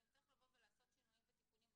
ואם צריך עשות שינויים ותיקונים,